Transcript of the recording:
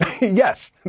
Yes